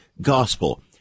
gospel